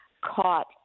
caught